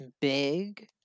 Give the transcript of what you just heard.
big